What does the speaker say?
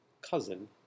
cousin